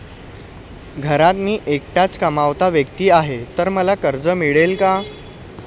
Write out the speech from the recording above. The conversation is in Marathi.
घरात मी एकटाच कमावता व्यक्ती आहे तर मला कर्ज मिळेल का?